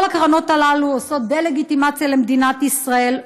כל הקרנות הללו עושות דה-לגיטימציה למדינת ישראל,